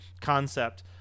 concept